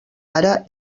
ara